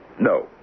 No